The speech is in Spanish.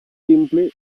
simple